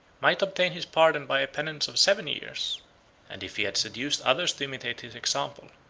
might obtain his pardon by a penance of seven years and if he had seduced others to imitate his example,